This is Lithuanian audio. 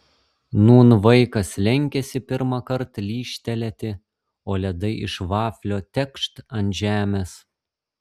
nūn vaikas lenkiasi pirmąkart lyžtelėti o ledai iš vaflio tekšt ant žemės